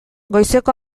goizeko